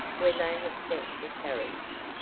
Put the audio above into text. where they had sent the carriage.